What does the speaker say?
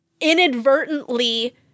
inadvertently